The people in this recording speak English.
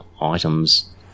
items